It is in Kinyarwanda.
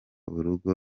urugo